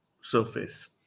surface